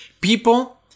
people